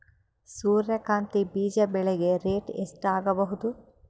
ಸೂರ್ಯ ಕಾಂತಿ ಬೀಜ ಬೆಳಿಗೆ ರೇಟ್ ಎಷ್ಟ ಆಗಬಹುದು?